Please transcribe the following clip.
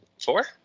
four